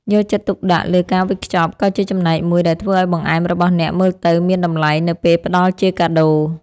យកចិត្តទុកដាក់លើការវេចខ្ចប់ក៏ជាចំណែកមួយដែលធ្វើឱ្យបង្អែមរបស់អ្នកមើលទៅមានតម្លៃនៅពេលផ្ដល់ជាកាដូ។